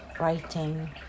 writing